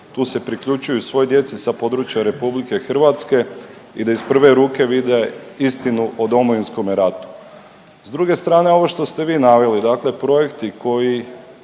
Tu se priključuju svoj djeci sa područja Republike Hrvatske i da iz prve ruke vide istinu o Domovinskome ratu. S druge strane ovo što ste vi naveli, dakle projekti koji